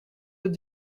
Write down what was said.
your